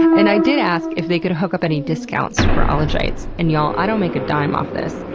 and i did ask if they could hook up any discounts for ologites. and y'all, i don't make a dime off this,